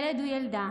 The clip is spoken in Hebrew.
ילדה וילד,